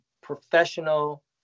professional